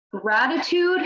gratitude